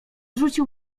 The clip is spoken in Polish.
rzucił